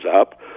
up